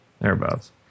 thereabouts